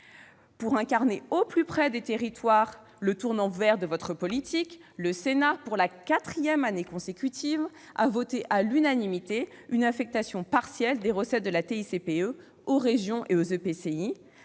Pour incarner au plus près des territoires le tournant vert de votre politique, le Sénat, pour la quatrième année consécutive, a voté à l'unanimité une affectation partielle des recettes de la TICPE aux régions et aux EPCI.